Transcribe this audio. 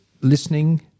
listening